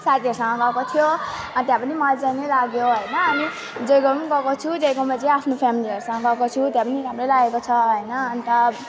साथीहरूसँग गएको थियो अनि त्यहाँ पनि मजा नै लाग्यो हैन अनि जयगाउँ नि गएको छु जयगाउँमा चाहिँ आफ्नो फ्यामिलिहरूसँग गएको छु त्यहाँ पनि राम्रै लागेको छ हैन अनि त